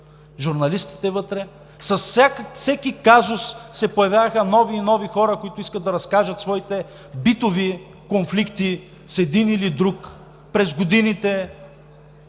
журналистите вътре, с всеки казус се появяваха нови и нови хора, които искаха да разкажат своите битови конфликти през годините